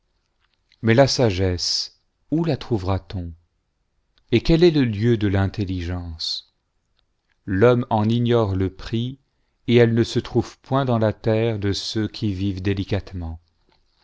mais la sagesse où la trouverat-on et quel est le lieu de l'intelligence l'homme en ignore le prix et elle ne se trouve point dans la terre do ceux qui vivent délicatement